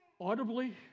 audibly